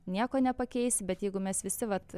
nieko nepakeisi bet jeigu mes visi vat